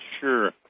Sure